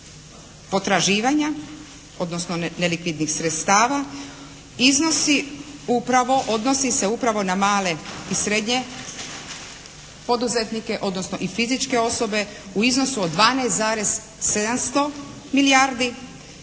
potraživanja odnosno nelikvidnih sredstava iznosi upravo, odnosi se upravo na male i srednje poduzetnike odnosno i fizičke osobe u iznosu od 12,700 milijardi